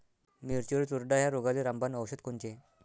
मिरचीवरील चुरडा या रोगाले रामबाण औषध कोनचे?